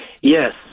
Yes